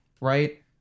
right